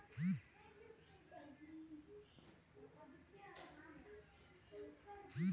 गाय के मुंहपका आउर खुरपका रोग बहुते होला